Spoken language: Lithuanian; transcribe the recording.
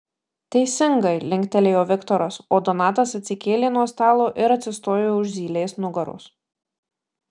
teisingai linktelėjo viktoras o donatas atsikėlė nuo stalo ir atsistojo už zylės nugaros